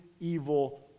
evil